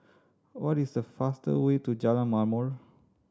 what is the fastest way to Jalan Ma'mor